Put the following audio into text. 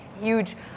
huge